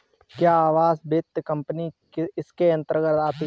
क्या आवास वित्त कंपनी इसके अन्तर्गत आती है?